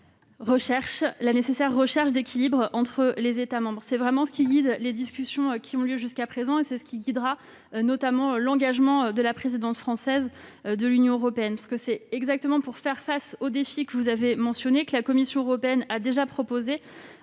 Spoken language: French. la nécessité de rechercher un équilibre entre les États membres. Ce principe guide les discussions qui ont eu lieu jusqu'à présent et guidera notamment l'engagement de la présidence française de l'Union européenne. C'est exactement pour faire face aux défis que vous avez mentionnés que la Commission européenne a proposé